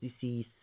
disease